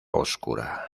oscura